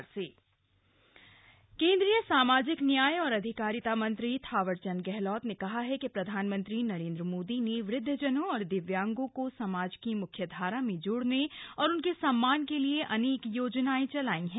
राष्ट्रीय वयोश्री योजना केन्द्रीय सामाजिक न्याय और अधिकारिता मंत्री थावरचंद गहलोत ने कहा है कि प्रधानमंत्री नरेंद्र मोदी ने वृद्धजनों और दिव्यांगों को समाज की मुख्यधारा में जोड़ने और उनके सम्मान के लिए अनेक योजनाएं चलाई हैं